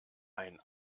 ein